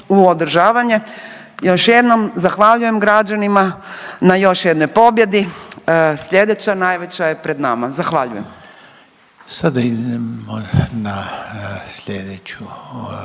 u održavanje. Još jednom zahvaljujem građanima na još jednoj pobjedi, sljedeća najveća je pred nama. Zahvaljujem. **Reiner, Željko